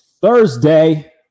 Thursday